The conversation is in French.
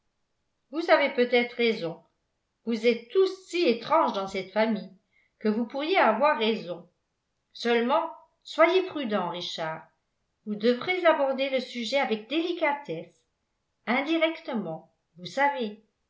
vous avez peut-être raison vous êtes tous si étranges dans cette famille que vous pourriez avoir raison seulement soyez prudent richard vous devrez aborder le sujet avec délicatesse indirectement vous savez